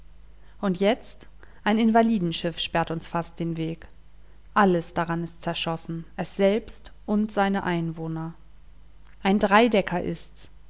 und jetzt ein invalidenschiff sperrt uns fast den weg alles daran ist zerschossen es selbst und seine einwohner ein dreidecker ist's